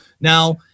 Now